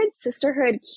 sisterhood